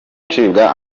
gucibwa